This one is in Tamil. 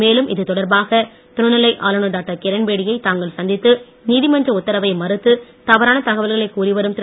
மேலும் இது தொடர்பாக துணைநிலை ஆளுநர் டாக்டர் கிரண்பேடியை தாங்கள் சந்தித்து நீதிமன்ற உத்தரவை மறுத்து தவறான தகவல்களை கூறி வரும் திரு